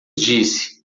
disse